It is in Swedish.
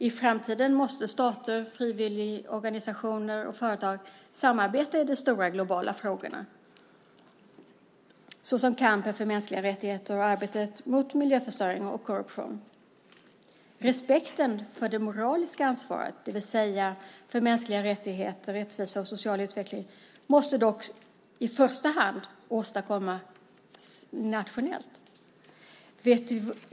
I framtiden måste stater, frivilligorganisationer och företag samarbeta i de stora, globala frågorna så som kampen för mänskliga rättigheter och arbetet mot miljöförstöring och korruption. Respekten för det moraliska ansvaret, det vill säga för mänskliga rättigheter, rättvisa och social utveckling, måste dock i första hand åstadkommas nationellt.